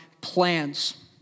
plans